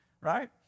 right